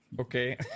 Okay